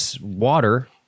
water